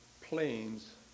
planes